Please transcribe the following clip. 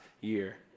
year